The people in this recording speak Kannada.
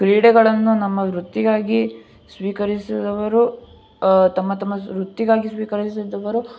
ಕ್ರೀಡೆಗಳನ್ನು ನಮ್ಮ ವೃತ್ತಿಗಾಗಿ ಸ್ವೀಕರಿಸಿದವರು ತಮ್ಮ ತಮ್ಮ ವೃತ್ತಿಗಾಗಿ ಸ್ವೀಕರಿಸಿದ್ದವರು